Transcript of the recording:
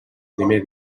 primer